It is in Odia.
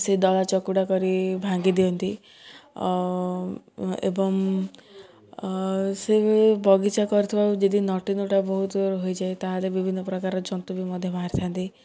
ସେ ଦଳା ଚକୁଡ଼ା କରି ଭାଙ୍ଗିଦିଅନ୍ତି ଏବଂ ସେ ବଗିଚା କରିଥିବା ଯଦି ନଟି ନଟା ବହୁତ ହୋଇଯାଏ ତା'ହେଲେ ବିଭିନ୍ନ ପ୍ରକାର ଜନ୍ତୁ ବି ମଧ୍ୟ ବାହାରିଥାନ୍ତି